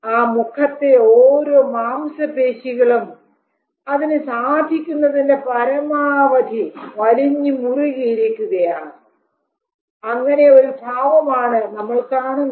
ആ മുഖത്തെ ഓരോ മാംസപേശികളും അതിനു സാധിക്കുന്നതിന്റെ പരമാവധി വലിഞ്ഞുമുറുകി ഇരിക്കുകയാണ് അങ്ങനെ ഒരു ഭാവം ആണ് നമ്മൾ കാണുന്നത്